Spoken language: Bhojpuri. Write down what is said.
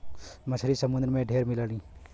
मछरी समुंदर में ढेर मिललीन